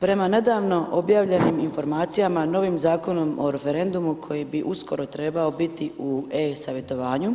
Prema nedavno objavljenim informacijama novim Zakonom o referendumu koji bi uskoro treba biti u e-Savjetovanju,